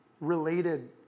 related